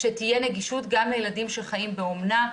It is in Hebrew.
שתהיה נגישות גם לילדים שחיים באומנה.